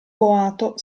boato